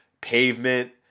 Pavement